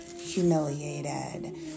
humiliated